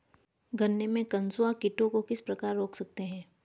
गन्ने में कंसुआ कीटों को किस प्रकार रोक सकते हैं?